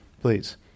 Please